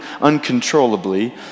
uncontrollably